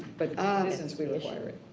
but since we require it.